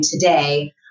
today